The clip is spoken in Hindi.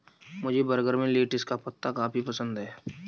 मुझे बर्गर में लेटिस का पत्ता काफी पसंद है